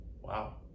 wow